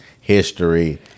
history